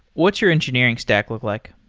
what's your engineering stack look like?